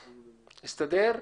טרם נכנסו תשתיות ליישוב.